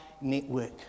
network